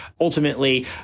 Ultimately